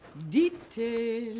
detail.